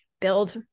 build